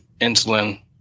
insulin